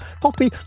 poppy